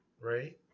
right